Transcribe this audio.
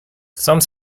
some